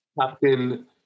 Captain